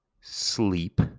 sleep